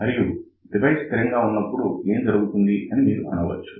మరి డివైస్ స్థిరంగా ఉన్నప్పుడు ఏం జరుగుతుంది అని మీరు అడగవచ్చు